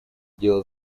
дело